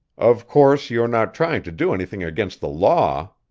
of course you're not trying to do anything against the law?